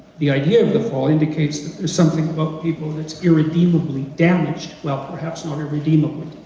the idea of the fall indicates something about people that's irredeemably damaged, well perhaps not irredeemably,